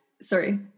Sorry